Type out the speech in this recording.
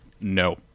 No